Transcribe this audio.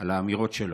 בשל האמירות שלו.